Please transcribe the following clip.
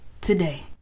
today